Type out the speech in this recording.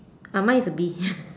ah mine is a bee